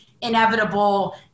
inevitable